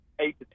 eight